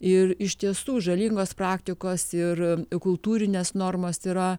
ir iš tiesų žalingos praktikos ir kultūrinės normos yra